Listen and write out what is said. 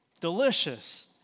Delicious